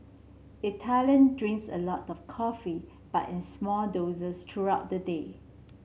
Italian drinks a lot of coffee but in small doses throughout the day